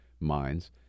minds